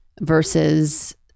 versus